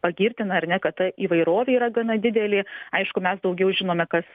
pagirtina ar ne kad ta įvairovė yra gana didelė aišku mes daugiau žinome kas